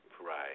Right